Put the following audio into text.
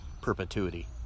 perpetuity